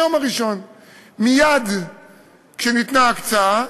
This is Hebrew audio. מייד כשניתנה הקצאה,